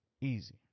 Easy